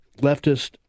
leftist